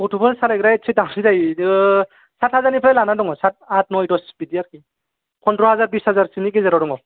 गथ'फोर सालायग्राया एसे दामसिन जायो बियो सात हाजारनिफ्राय लानानै दंमोन साट आट नइ दस बिदि आरोखि पन्द्र हाजार बिस हाजारसोनि गेजेराव दङ